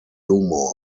humour